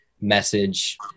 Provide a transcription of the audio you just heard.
message